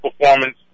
performance